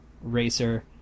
racer